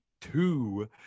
two